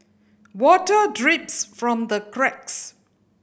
water drips from the cracks